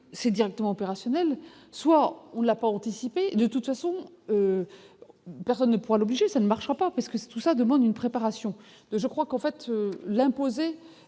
c'est directement opérationnels, soit on n'a pas anticipé de toute façon, personne ne pourra l'obliger, ça ne marchera pas, parce que tout ça demande une préparation je crois qu'on va l'imposer